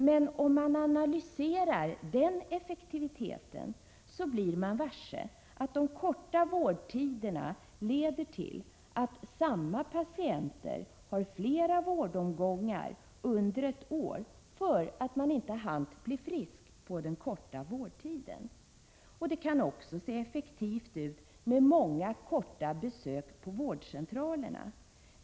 Men om man analyserar den effektiviteten blir man varse att de korta vårdtiderna leder till att samma patienter har flera vårdomgångar under ett år på grund av att de inte hunnit bli friska under den korta vårdtiden. Det kan också se effektivt ut med många korta besök på vårdcentralerna.